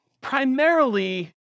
primarily